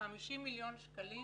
50 מיליון שקלים